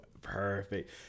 perfect